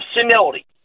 senility